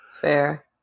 Fair